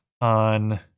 on